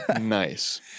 Nice